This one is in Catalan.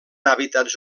hàbitats